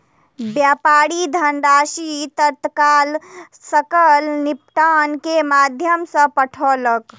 व्यापारी धनराशि तत्काल सकल निपटान के माध्यम सॅ पठौलक